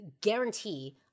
guarantee